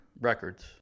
records